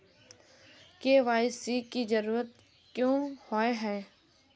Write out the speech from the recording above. KYC की जरूरत क्याँ होय है?